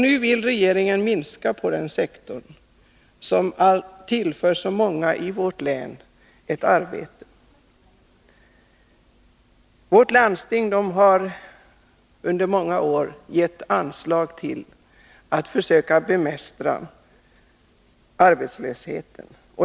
Nu vill regeringen minska på den sektorn, som tillför så många inom vårt län ett arbete. Vårt landsting har under många år gett anslag för att bemästra arbetslösheten.